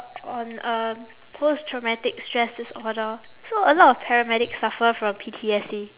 o~ on uh post traumatic stress disorder so a lot of paramedics suffer from P_T_S_D